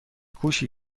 کوشی